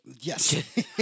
Yes